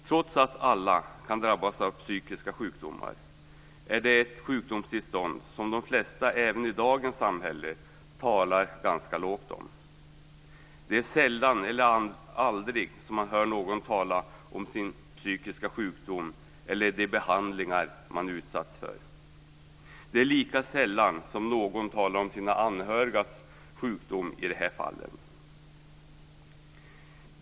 Trots att alla kan drabbas av psykisk sjukdom är det här ett sjukdomstillstånd som de flesta även i dagens samhälle talar ganska lågt om. Sällan eller aldrig hör man någon tala om sin psykiska sjukdom eller om de behandlingar som vederbörande utsatts för. Lika sällan talar någon om sina anhörigas sjukdom i sådana här fall.